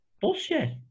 Bullshit